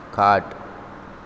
खाट